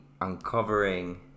uncovering